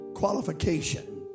qualification